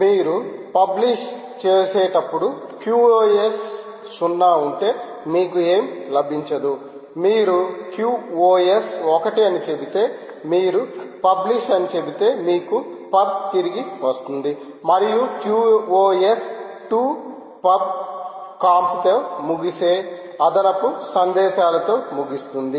మీరు పబ్లిష్ చేసేటప్పుడు QoS 0 ఉంటే మీకు ఏమీ లభించదు మీరు QoS 1 అని చెబితే మీరు పబ్లిష్ అని చెబితే మీకు పబ్ తిరిగి వస్తుంది మరియు qos 2 పబ్ కంప్ తో ముగిసే అదనపు సందేశాలతో ముగుస్తుంది